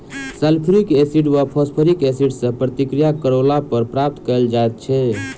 sulphuric acid वा phosphoric acid सॅ प्रतिक्रिया करौला पर प्राप्त कयल जाइत छै